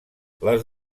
les